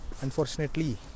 Unfortunately